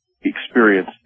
experience